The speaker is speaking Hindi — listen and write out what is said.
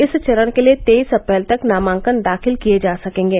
इस चरण के लिये तेईस अप्रैल तक नामांकन दाखिल किये जा सकेंगे